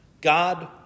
God